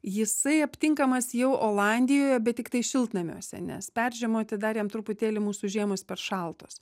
jisai aptinkamas jau olandijoje bet tiktai šiltnamiuose nes peržiemoti dar jam truputėlį mūsų žiemos per šaltos